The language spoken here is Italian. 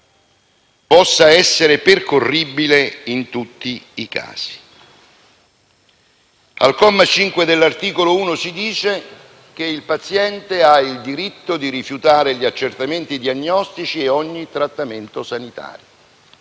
possa essere percorribile in tutti i casi. Al comma 5 dell'articolo 1 si afferma che il paziente ha il diritto di rifiutare gli accertamenti diagnostici e ogni trattamento sanitario.